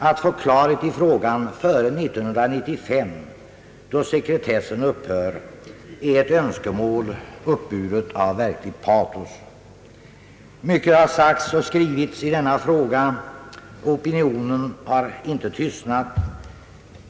Att få klarhet i frågan före 1995, då sekretessen upphör, är ett önskemål uppburet av verkligt patos. Mycket har sagts och skrivits i denna fråga. Opinionen har heller inte tystnat.